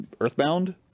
Earthbound